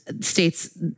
states